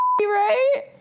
right